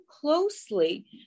closely